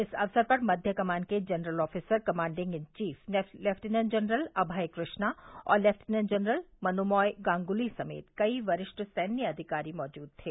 इस अवसर पर मध्य कमान के general officer commanding in chief lieutenant general Abhay Krishna और लेफ्टीनेंट जनरल मनोमॉय गांगुली समेत कई वरिष्ठ सैन्य अधिकारी मौजूद थे